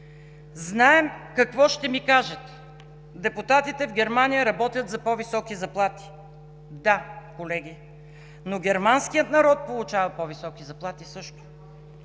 Знаем какво ще ми кажете: депутатите в Германия работят за по-високи заплати. Да, колеги, но германският народ също получава по-високи заплати.